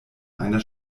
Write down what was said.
einer